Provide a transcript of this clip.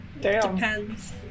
Depends